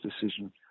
decision